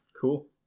Cool